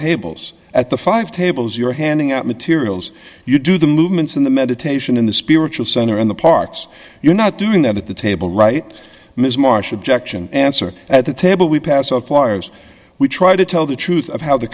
tables at the five tables you're handing out materials you do the movements in the meditation in the spiritual center in the parts you're not doing that at the table right ms marsh objection answer at the table we pass out flyers we try to tell the truth of how the